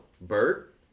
Bert